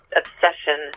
obsession